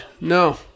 No